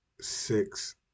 six